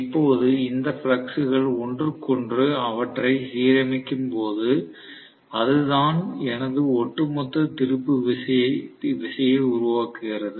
இப்போது இந்த ஃப்ளக்ஸ் கள் ஒன்றுக்கொன்று அவற்றை சீரமைக்கும் போது அதுதான் எனது ஒட்டுமொத்த திருப்பு விசையை உருவாக்குகிறது